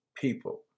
people